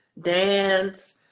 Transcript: dance